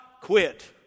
quit